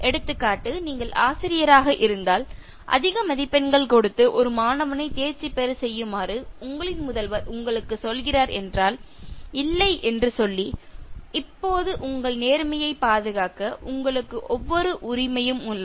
எடுத்துக்காட்டு நீங்கள் ஆசிரியராக இருந்தால் அதிக மதிப்பெண்கள் கொடுத்து ஒரு மாணவனை தேர்ச்சி பெற செய்யுமாறு உங்களின் முதல்வர் உங்களுக்குச் சொல்கிறார் என்றால் இல்லை என்று சொல்லி இப்போது உங்கள் நேர்மையை பாதுகாக்க உங்களுக்கு ஒவ்வொரு உரிமையும் உள்ளது